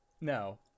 No